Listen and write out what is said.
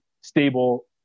stable